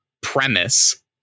premise